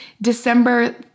December